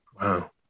Wow